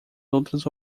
outras